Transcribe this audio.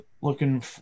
looking